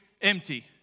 empty